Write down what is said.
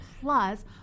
plus